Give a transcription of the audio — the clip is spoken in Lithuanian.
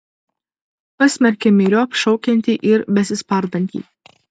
pasmerkė myriop šaukiantį ir besispardantį